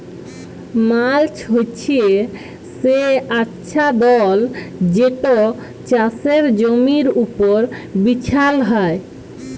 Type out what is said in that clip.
mulch হছে সে আচ্ছাদল যেট চাষের জমির উপর বিছাল হ্যয়